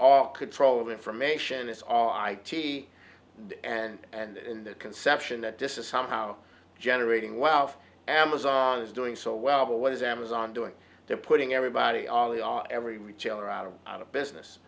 all controlled information it's all i t and the conception that this is somehow generating wealth amazon is doing so well but what is amazon doing they're putting everybody all the r every retailer out of out of business